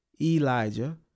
Elijah